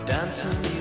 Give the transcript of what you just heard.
Dancing